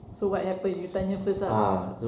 so what happen you tanya first ah